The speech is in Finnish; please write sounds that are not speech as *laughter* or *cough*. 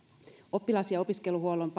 oppilas ja opiskeluhuollon *unintelligible*